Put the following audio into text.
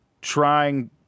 trying